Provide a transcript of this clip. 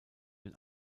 den